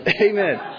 Amen